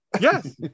Yes